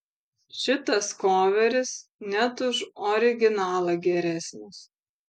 šitas koveris net už originalą geresnis